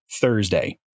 Thursday